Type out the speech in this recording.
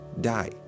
die